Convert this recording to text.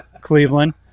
Cleveland